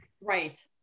Right